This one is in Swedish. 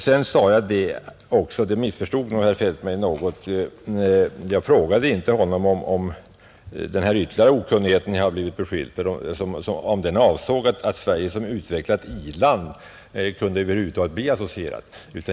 Sedan missförstod nog herr Feldt mig något. Jag frågade inte honom om den ytterligare okunnighet som jag blivit beskylld för avsåg att Sverige som utvecklat i-land över huvud taget kunde bli associerat.